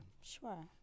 Sure